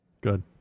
Good